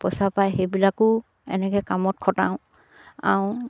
পইচা পাই সেইবিলাকো এনেকে কামত খটাও আৰু